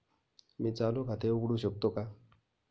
मी चालू खाते उघडू शकतो का?